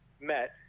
met